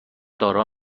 دارا